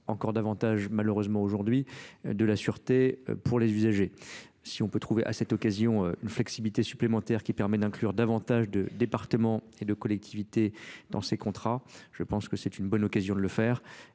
encore davantage, malheureusement aujourd'hui, de la sûreté pour les usagers si on peut trouver à cette occasion une flexibilité supplémentaire qui permet d'inclure davantage de départements et de collectivités dans ces contrats je pense que c'est une bonne de le faire